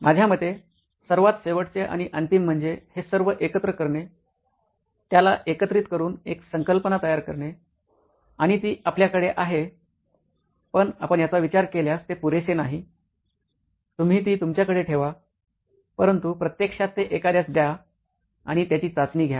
माझ्या मते सर्वात शेवटचे आणि अंतिम म्हणजे हे सर्व एकत्र करणे त्याला एकत्रित करून एक संकल्पना तयार करणे आता ती आपल्याकडे आहे पण आपण याचा विचार केल्यास ते पुरेसे नाही तुम्ही ती तुमच्याकडे ठेवा परंतु प्रत्यक्षात ते एखाद्यास द्या आणि त्याची चाचणी घ्या